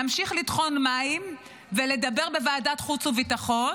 נמשיך לטחון מים ולדבר בוועדת החוץ והביטחון,